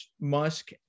Musk